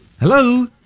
Hello